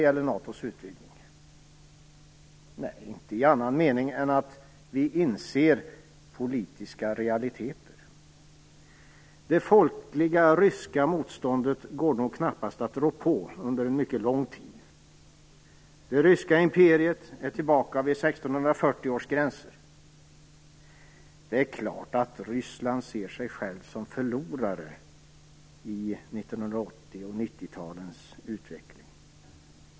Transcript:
Nej, inte i annan mening än att vi inser politiska realiteter. Det folkliga ryska motståndet går knappast att rå på under en mycket lång tid. Det ryska imperiet är tillbaka vid 1640 års gränser. Det är klart att Ryssland ser sig självt som förlorare i 1980 och 90-talens utveckling.